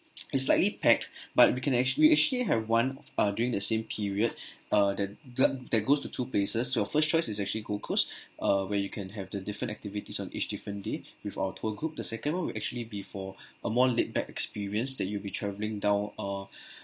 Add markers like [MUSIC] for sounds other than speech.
[NOISE] is slightly packed but we can actua~ we actually have one uh during the same period uh that that that goes to two places your first choice is actually gold coast uh where you can have the different activities on each different day with our tour group the second one will actually be for [BREATH] a more laid back experience that you'll be travelling down uh